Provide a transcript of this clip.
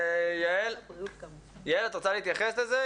יעל טור כספא, את רוצה להתייחס לזה?